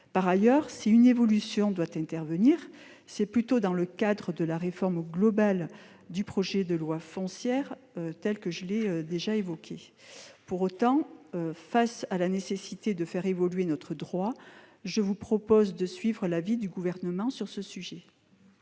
Par ailleurs, si une évolution doit intervenir, c'est plutôt dans le cadre de la réforme globale qu'opérera le projet de loi foncière déjà évoqué. Pour autant, compte tenu de la nécessité de faire évoluer notre droit, je propose au Sénat de suivre l'avis du Gouvernement sur ce sujet.